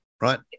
right